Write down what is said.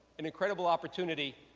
an incredible opportunity,